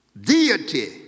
deity